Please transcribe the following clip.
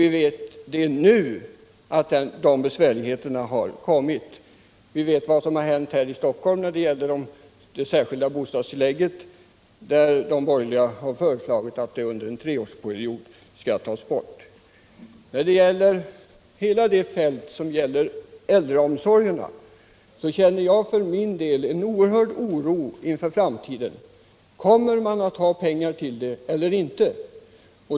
Vi vet nu att sådana besvärligheter har uppstått. Vi vet vad som har hänt här i Stockholm när det gäller de särskilda bostadstilläggen, nämligen att de borgerliga har föreslagit att dessa bidrag under en treårsperiod skall tas bort. 24 När det gäller hela fältet av äldreomsorgerna känner jag för min del en oerhört stor oro inför framtiden. Kommer man att ha pengar till ändamålet eller inte?